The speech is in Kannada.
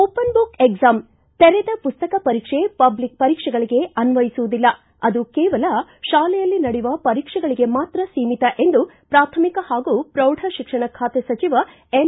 ಓಪನ್ ಬುಕ್ ಎಕ್ಸಾಂ ತೆರೆದ ಪುಸ್ತಕ ಪರೀಕ್ಷೆ ಪಬ್ಲಿಕ್ ಪರೀಕ್ಷೆಗಳಗೆ ಅನ್ವಯಿಸುವುದಿಲ್ಲ ಅದು ಕೇವಲ ಶಾಲೆಯಲ್ಲಿ ನಡೆಯುವ ಪರೀಕ್ಷೆಗಳಿಗೆ ಮಾತ್ರ ಸೀಮಿತ ಎಂದು ಪ್ರಾಥಮಿಕ ಹಾಗೂ ಪ್ರೌಢಶಿಕ್ಷಣ ಖಾತೆ ಸಚಿವ ಎನ್